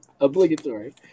Obligatory